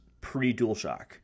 pre-Dualshock